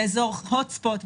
באזור Hot spot,